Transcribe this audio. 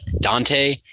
Dante